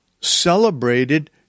celebrated